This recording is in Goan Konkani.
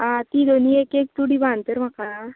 आं ते वेली एक एक चुडी बांद तर म्हाका आं